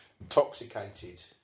Intoxicated